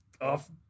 off